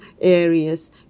areas